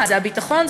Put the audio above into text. זה הביטחון,